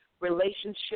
relationship